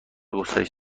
گسترش